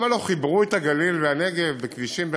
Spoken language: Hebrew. למה לא חיברו את הגליל והנגב בכבישים?